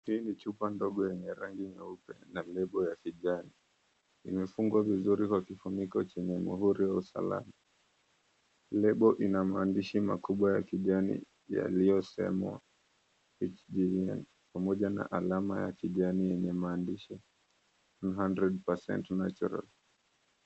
Hii ni chupa ndogo yenye rangi nyeupe na lebo ya kijani. Imefungwa vizuri kwa kifuniko chenye muhuri wa usalama. Lebo ina maandishi makubwa ya kijani yaliosemwa 'HDA' pamoja na alama ya kijani yenye maandishi '100 % Natural'.